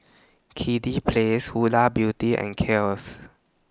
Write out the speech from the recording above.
Kiddy Palace Huda Beauty and Kiehl's